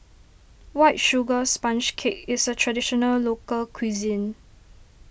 White Sugar Sponge Cake is a Traditional Local Cuisine